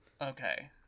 Okay